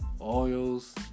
Oils